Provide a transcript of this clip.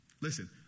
Listen